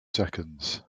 seconds